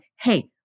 hey